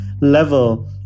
level